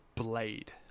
blade